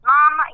Mom